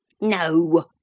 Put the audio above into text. No